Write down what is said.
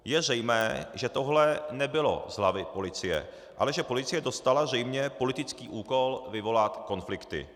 Je zřejmé, že tohle nebylo z hlavy policie, ale že policie dostala zřejmě politický úkol vyvolat konflikty.